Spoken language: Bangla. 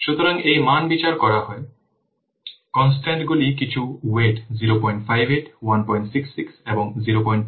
সুতরাং এই মান বিচার করা হয় কন্সট্যান্টগুলি কিছু ওয়েট 058 1 66 এবং 026 এগুলি ওয়েট